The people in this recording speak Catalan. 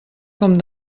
com